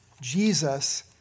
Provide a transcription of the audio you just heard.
Jesus